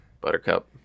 Buttercup